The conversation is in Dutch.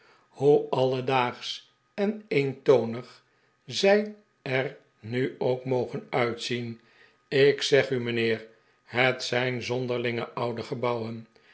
hoe alledaagsch en eentonig zij er nu ook mogen uitzien ik zeg u mijnheer het zijn zonderlinge oude gebouwen